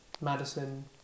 Madison